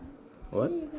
what